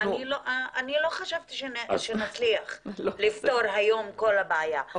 אני לא חשבתי שנצליח לפתור היום את כל הבעיה,